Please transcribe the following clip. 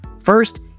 First